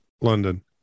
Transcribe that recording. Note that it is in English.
London